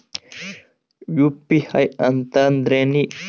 UPI ಅಂತಂದ್ರೆ ಏನ್ರೀ?